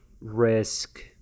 risk